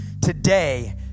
today